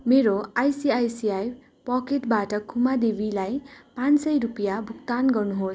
मेरो आइसिआइसिआई पकेटबाट खुमा देवीलाई पाँच सय रुपियाँ भुक्तान गर्नुहोस्